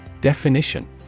Definition